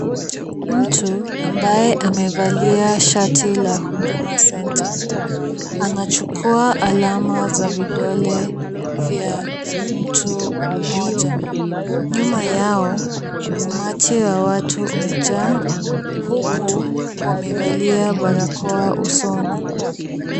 Mtu ambaye amevalia shati la huduma centre . Anachukua alama za vidole vya mtu mmoja. Nyuma yao umati wa watu umejaa huku wamevalia barakoa usoni.